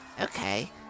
Okay